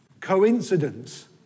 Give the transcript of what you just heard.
coincidence